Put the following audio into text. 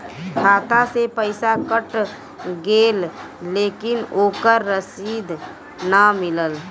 खाता से पइसा कट गेलऽ लेकिन ओकर रशिद न मिलल?